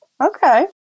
Okay